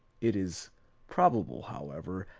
it is probable, however,